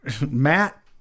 Matt